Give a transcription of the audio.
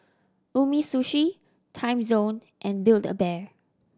Umisushi Timezone and Build A Bear